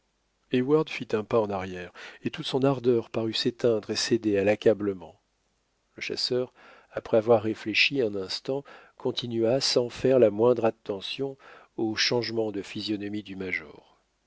traces heyward fit un pas en arrière et toute son ardeur parut s'éteindre et céder à l'accablement le chasseur après avoir réfléchi un instant continua sans faire la moindre attention au changement de physionomie du major